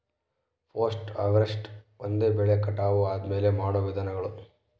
post harvest ಅಂದ್ರೆ ಬೆಳೆ ಕಟಾವು ಆದ್ಮೇಲೆ ಮಾಡೋ ವಿಧಾನಗಳು